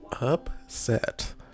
Upset